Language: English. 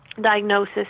diagnosis